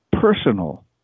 personal